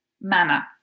manner